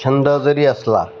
छंदा जरी असला